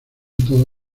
todo